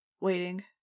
waiting